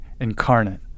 incarnate